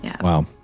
Wow